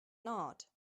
not